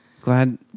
glad